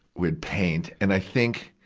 would paint, and i think,